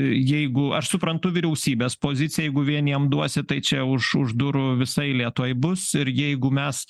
jeigu aš suprantu vyriausybės poziciją jeigu vieniem duosi tai čia už už durų visa eilė tuoj bus ir jeigu mes